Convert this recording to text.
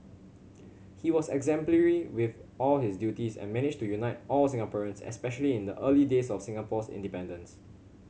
he was exemplary with all his duties and managed to unite all Singaporeans especially in the early days of Singapore's independence